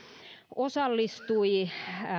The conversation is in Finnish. osallistui